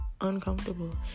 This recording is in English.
uncomfortable